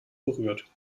berührt